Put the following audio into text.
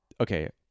okay